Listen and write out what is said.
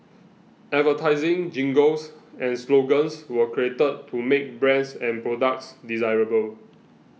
advertising jingles and slogans were created to make brands and products desirable